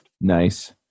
Nice